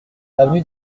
avenue